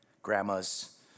grandmas